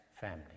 family